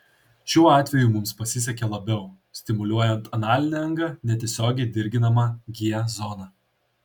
šiuo atveju mums pasisekė labiau stimuliuojant analinę angą netiesiogiai dirginama g zona